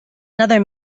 another